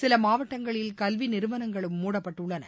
சில மாவட்டங்களில் கல்வி நிறுவனங்களும் மூடப்பட்டுள்ளன